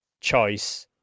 choice